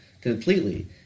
completely